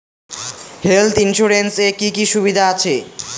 Health insurance এ কি কি সুবিধা আছে?